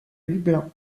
lublin